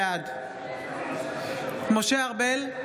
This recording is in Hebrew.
בעד משה ארבל,